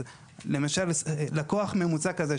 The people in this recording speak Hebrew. אז למשל לקוח ממוצע כזה,